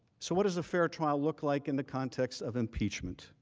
so what does a fair trial look like in the context of impeachment?